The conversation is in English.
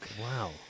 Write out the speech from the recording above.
Wow